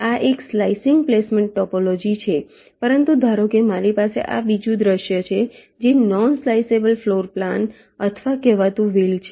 આ એક slicing placement topology છે પરંતુ ધારો કે મારી પાસે આ બીજું દૃશ્ય છે જે નોન સ્લાઇસએબલ ફ્લોર પ્લાન અથવા કહેવાતું વ્હીલ છે